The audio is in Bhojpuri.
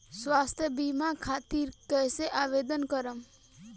स्वास्थ्य बीमा खातिर कईसे आवेदन करम?